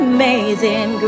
Amazing